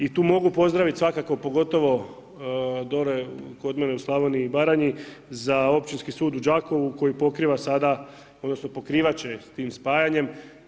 I tu mogu pozdraviti svakako pogotovo dole kod mene u Slavoniji i Baranji za Općinski sud u Đakovu koji pokriva sada odnosno pokrivat će tim spajanjem.